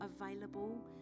available